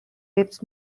lips